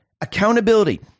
accountability